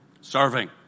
serving